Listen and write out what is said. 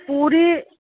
पूरी